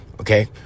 okay